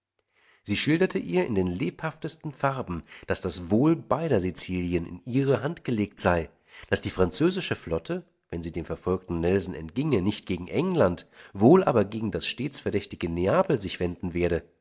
sie schilderte ihr in den lebhaftesten farben daß das wohl beider sizilien in ihre hand gelegt sei daß die französische flotte wenn sie dem verfolgenden nelson entginge nicht gegen england wohl aber gegen das stets verdächtige neapel sich wenden werde